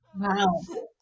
Wow